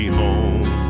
home